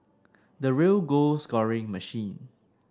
the real goal scoring machine